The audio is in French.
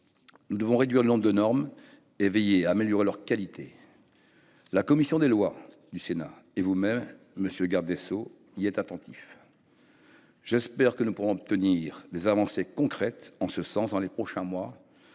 Nous devons réduire le nombre de normes et veiller à en améliorer la qualité. La commission des lois du Sénat et vous-même, monsieur le garde des sceaux, y êtes attentifs. J’espère que nous pourrons obtenir des avancées concrètes en ce sens dans les prochains mois.